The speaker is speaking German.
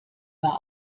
war